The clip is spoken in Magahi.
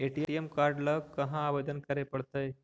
ए.टी.एम काड ल कहा आवेदन करे पड़तै?